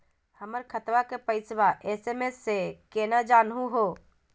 हमर खतवा के पैसवा एस.एम.एस स केना जानहु हो?